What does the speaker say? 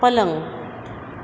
पलंग